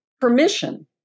permission